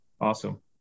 awesome